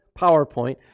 PowerPoint